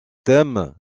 thème